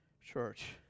church